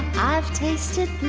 i've tasted